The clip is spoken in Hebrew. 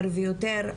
יותר ויותר,